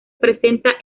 presenta